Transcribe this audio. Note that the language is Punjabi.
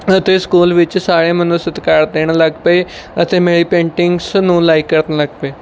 ਅਤੇ ਸਕੂਲ ਵਿੱਚ ਸਾਰੇ ਮੈਨੂੰ ਸਤਿਕਾਰ ਦੇਣ ਲੱਗ ਪਏ ਅਤੇ ਮੇਰੀ ਪੇਂਟਿੰਗਸ ਨੂੰ ਲਾਈਕ ਕਰਨ ਲੱਗ ਪਏ